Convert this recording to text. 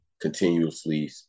continuously